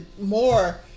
more